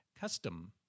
custom